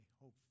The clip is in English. hope